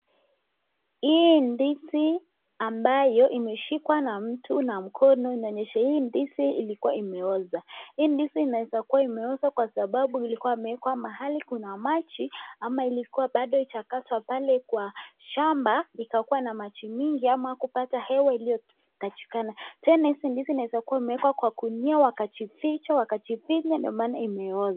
Hii ndizi ambayo imeshikwa na mtu na mkono inaonyesha hii ndizi ilikiwa imeoza. Hii ndizi inaeza kuwa imeoza kwa sababu ilikuwa imeekwa mahali kuna maji ama ilikuwa bado haijakatwa pale kwa shamba ikakuwa na maji mingi ama kupata hewa iliyohitajikana. Tena hizi ndizi inaweza kuwa imeekwa kwa gunia wakajificha wakajifinya ndio maana imeoza.